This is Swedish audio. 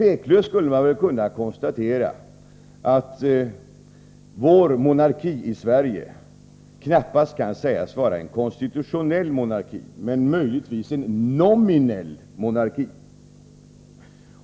Man skulle tveklöst kunna konstatera att vår monarki i Sverige knappast kan sägas vara en konstitutionell monarki, möjligtvis en nominell monarki.